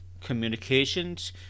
communications